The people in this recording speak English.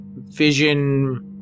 vision